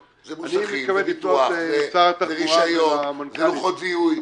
זה מוסכים, זה ביטוח, זה רשיון, זה לוחות זיהוי.